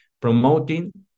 promoting